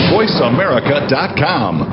VoiceAmerica.com